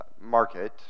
market